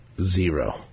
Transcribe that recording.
zero